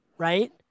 right